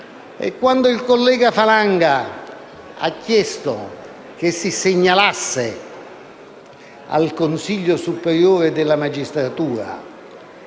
e quando il collega Falanga ha chiesto che si segnalasse al Consiglio superiore della magistratura